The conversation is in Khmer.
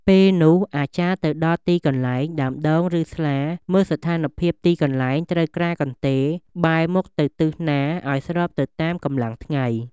ពេលនោះអាចារ្យទៅដល់ទីកន្លែង ដើមដូង ឬស្លាមើលស្ថានភាពទីកន្លែងត្រូវក្រាលកន្ទេល បែរមុខទៅទិសណាឲ្យស្របទៅតាមកម្លាំងថ្ងៃ ។